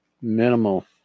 minimal